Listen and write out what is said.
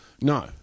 No